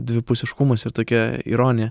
dvipusiškumas ir tokia ironija